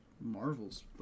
marvels